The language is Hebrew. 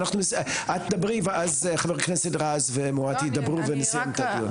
דברי ואז חבר הכנסת רז ומואטי ידברו ונסיים את הדיון.